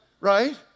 right